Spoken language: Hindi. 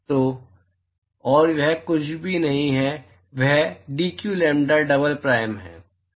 तो और वह कुछ भी नहीं है वह d q lambda double prime है